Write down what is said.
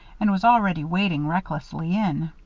and was already wading recklessly in.